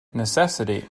necessity